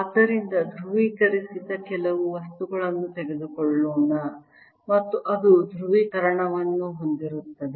ಆದ್ದರಿಂದ ಧ್ರುವೀಕರಿಸಿದ ಕೆಲವು ವಸ್ತುಗಳನ್ನು ತೆಗೆದುಕೊಳ್ಳೋಣ ಮತ್ತು ಅದು ಧ್ರುವೀಕರಣವನ್ನು ಹೊಂದಿರುತ್ತದೆ